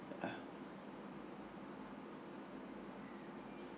uh